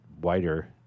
wider